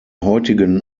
heutigen